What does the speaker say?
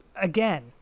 again